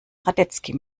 radetzky